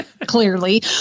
Clearly